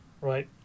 right